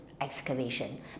excavation